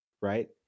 Right